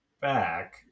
back